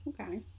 Okay